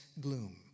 gloom